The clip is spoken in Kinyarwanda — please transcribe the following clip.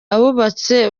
abubatse